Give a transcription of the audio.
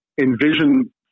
envision